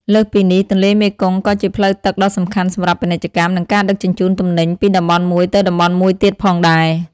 លើសពីនេះ ទន្លេមេគង្គក៏ជាផ្លូវទឹកដ៏សំខាន់សម្រាប់ពាណិជ្ជកម្ម និងការដឹកជញ្ជូនទំនិញពីតំបន់មួយទៅតំបន់មួយទៀតផងដែរ។